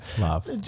Love